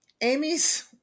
Amy's